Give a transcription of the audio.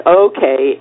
okay